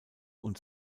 und